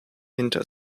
hinter